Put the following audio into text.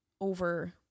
over